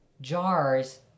jars